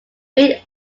made